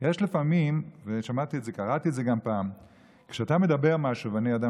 למדתי ממך משהו אתמול,